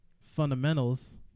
fundamentals